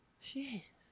Jesus